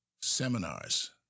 seminars